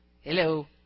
Hello